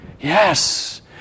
yes